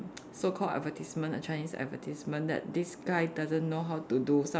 so called advertisement a Chinese advertisement that this guy doesn't know how to do some